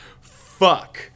Fuck